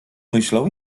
myślał